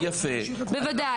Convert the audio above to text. בוודאי.